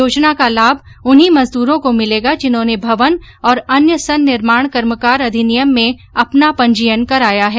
योजना का लाभ उन्हीं मजदूरों को मिलेगा जिन्होंने भवन और अन्य संनिर्माण कर्मकार अधिनियम में अपना पंजीयन कराया है